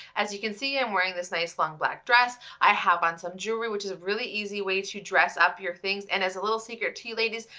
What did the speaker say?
as you can see, i'm wearing this nice long black dress. i have on some jewelry which is a really easy way to dress up your things, and as a little secret to you ladies,